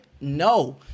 No